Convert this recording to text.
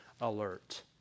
alert